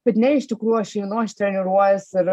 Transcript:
bet ne iš tikrųjų aš einu aš treniruojuos ir